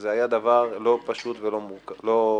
וזה היה דבר לא פשוט ולא קל.